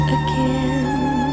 again